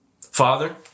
Father